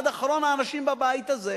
אדוני היושב-ראש,